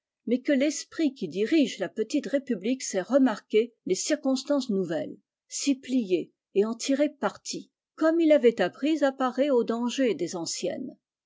mais que l'esprit qui dirige la petite république sait remarquer les circonstances nouvelles s'y plier et tirer parti comme il avait appris à parer aux dangers des anciennes